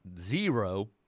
zero